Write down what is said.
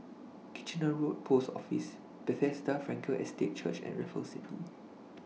Kitchener Road Post Office Bethesda Frankel Estate Church and Raffles City